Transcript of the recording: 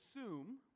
assume